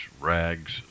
rags